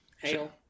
Hail